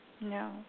No